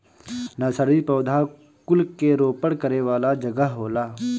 nursery पौधा कुल के रोपण करे वाला जगह होला